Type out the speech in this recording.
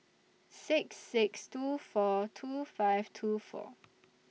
six six two four two five two four